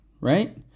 right